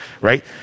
right